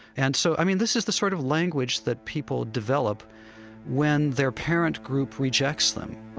and so, i mean, this is the sort of language that people develop when their parent group rejects them